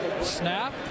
snap